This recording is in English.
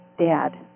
dad